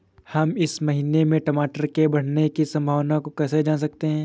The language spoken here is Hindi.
हम इस महीने में टमाटर के बढ़ने की संभावना को कैसे जान सकते हैं?